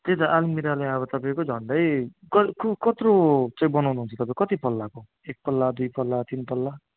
त्यही त आल्मिराले अब तपाईँको झन्डै क क कत्रो चाहिँ बनाउनु हुन्छ तपाईँ कति पल्लाको एक पल्ला दुई पल्ला तिन पल्ला